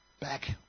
back